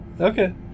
Okay